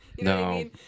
No